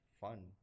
fun